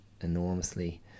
enormously